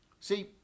See